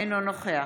אינו נוכח